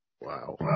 Wow